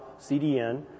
CDN